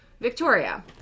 Victoria